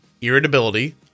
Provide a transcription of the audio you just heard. irritability